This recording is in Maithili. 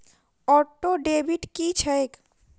ऑटोडेबिट की छैक?